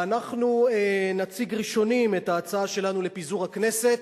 ואנחנו נציג ראשונים את ההצעה שלנו לפיזור הכנסת,